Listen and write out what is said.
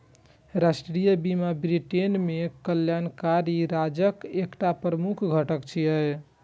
राष्ट्रीय बीमा ब्रिटेन मे कल्याणकारी राज्यक एकटा प्रमुख घटक छियै